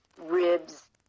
ribs